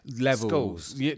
levels